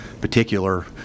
particular